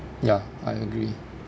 ya I agree